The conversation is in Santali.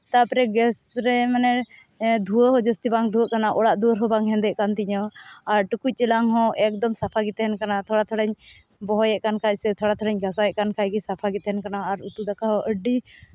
ᱛᱟᱨᱯᱚᱨᱮ ᱜᱮᱥ ᱨᱮ ᱢᱟᱱᱮ ᱫᱷᱩᱦᱟᱹ ᱦᱚᱸ ᱡᱟᱹᱥᱛᱤ ᱵᱟᱝ ᱫᱷᱩᱣᱟᱹᱜ ᱠᱟᱱᱟ ᱚᱲᱟᱜ ᱫᱩᱣᱟᱹᱨ ᱦᱚᱸ ᱵᱟᱝ ᱦᱮᱸᱫᱮᱜ ᱠᱟᱱ ᱛᱤᱧᱟ ᱟᱨ ᱴᱩᱠᱩᱡ ᱪᱮᱞᱟᱝ ᱦᱚᱸ ᱮᱠᱫᱚᱢ ᱥᱟᱯᱷᱟᱜᱮ ᱛᱟᱦᱮᱱ ᱠᱟᱱᱟ ᱮᱠᱫᱚᱢ ᱛᱷᱚᱲᱟᱧ ᱵᱚᱦᱚᱭᱮᱜ ᱠᱟᱱ ᱠᱷᱟᱡ ᱥᱮ ᱛᱷᱚᱲᱟ ᱛᱷᱚᱲᱟᱧ ᱜᱷᱟᱥᱟᱣ ᱮᱜ ᱠᱷᱟᱱᱜᱮ ᱥᱟᱯᱷᱟᱜᱮ ᱛᱟᱦᱮᱱ ᱠᱟᱱᱟ ᱟᱨ ᱩᱛᱩ ᱫᱟᱠᱟ ᱦᱚᱸ ᱟᱹᱰᱤ